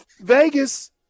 Vegas